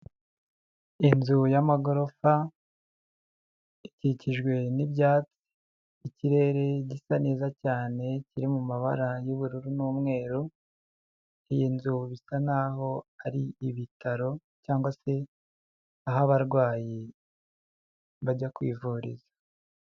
Inzu y'amagorofa ikikijwe n'ibyatsi, ikirere gisa neza cyane kiri mu mabara y'ubururu n'umweru, iyi nzu bisa naho ari ibitaro cyangwa se aho abarwayi bajya kwivuriza.